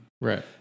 Right